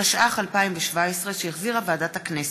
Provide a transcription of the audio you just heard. התשע"ח 2017, שהחזירה ועדת הכנסת.